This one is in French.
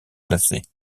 glacées